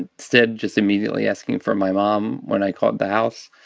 instead just immediately asking for my mom when i called the house.